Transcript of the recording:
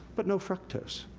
but no fructose.